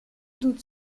doute